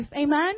Amen